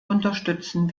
unterstützen